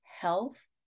health